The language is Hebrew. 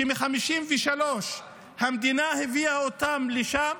שמ-1953 המדינה הביאה אותם לשם,